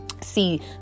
see